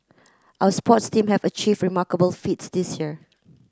our sports team have achieved remarkable feats this year